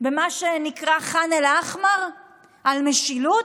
במה שנקרא ח'אן אל-אחמר על משילות?